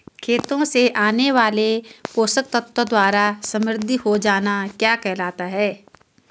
खेतों से आने वाले पोषक तत्वों द्वारा समृद्धि हो जाना क्या कहलाता है?